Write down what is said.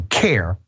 care